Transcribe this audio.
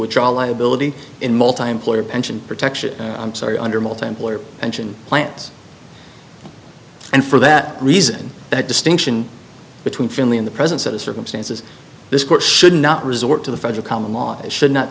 all liability in multi player pension protection i'm sorry under multiple or engine plants and for that reason that distinction between family in the presence of the circumstances this court should not resort to the federal common law should not